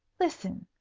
listen!